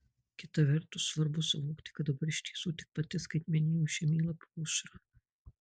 kita vertus svarbu suvokti kad dabar iš tiesų tik pati skaitmeninių žemėlapių aušra